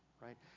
right